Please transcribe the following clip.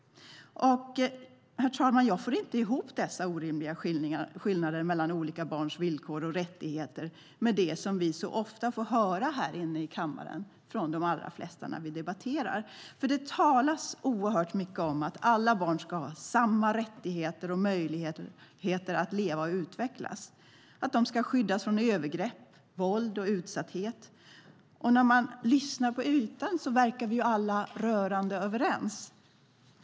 Jag får inte ihop dessa orimliga skillnader mellan olika barns villkor och rättigheter med det som vi ofta får höra här inne i kammaren när vi debatterar. Det talas mycket om att alla barn ska ha samma rättigheter och möjligheter att leva och utvecklas och att de ska skyddas från övergrepp, våld och utsatthet. När man lyssnar på ytan verkar alla vara rörande överens.